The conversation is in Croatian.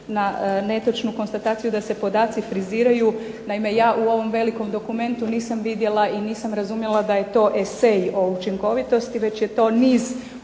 na netočnu konstataciju da se podaci friziraju. Naime ja u ovom velikom dokumentu nisam vidjela i nisam razumjela da je to esej o učinkovitosti, već je to niz objektivnih